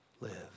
live